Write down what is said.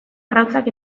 arrautzak